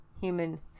human